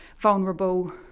vulnerable